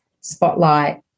Spotlight